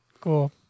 Cool